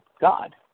God